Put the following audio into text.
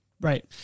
Right